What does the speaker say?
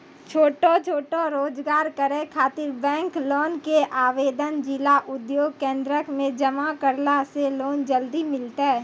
छोटो छोटो रोजगार करै ख़ातिर बैंक लोन के आवेदन जिला उद्योग केन्द्रऽक मे जमा करला से लोन जल्दी मिलतै?